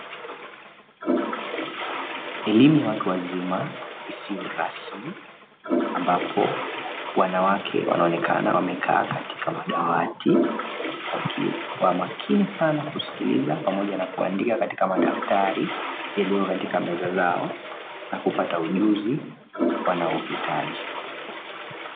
Elimu ya watu wazima isiyo rasmi, ambapo wanawake wanaonekana wamekaa katika madawati, wakiwa makini sana kusikiliza pamoja na kuandika katika madaftari yaliyo katika meza zao, na kupata ujuzi wanaohitaji.